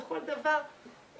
בכל דבר,